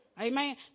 Amen